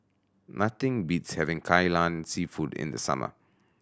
nothing beats having Kai Lan Seafood in the summer